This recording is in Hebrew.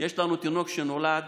שיש לנו תינוק שנולד